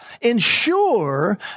Ensure